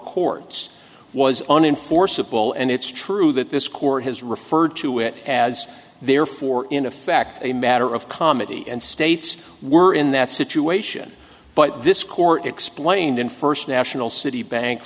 courts was an enforceable and it's true that this court has referred to it as therefore in effect a matter of comedy and states were in that situation but this court explained in first national citibank